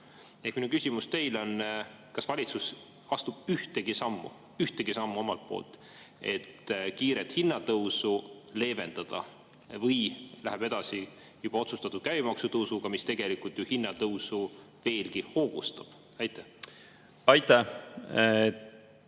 Minu küsimus teile on, kas valitsus astub ühtegi sammu – ühtegi sammu! – omalt poolt, et kiiret hinnatõusu leevendada, või läheb edasi juba otsustatud käibemaksutõusuga, mis tegelikult ju hinnatõusu veelgi hoogustab. Aitäh! Tõsi